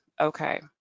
okay